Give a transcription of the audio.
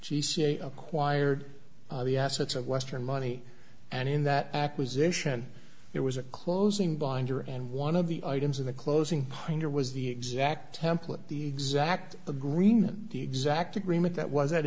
i acquired the assets of western money and in that acquisition there was a closing binder and one of the items in the closing printer was the exact template the exact agreement the exact agreement that was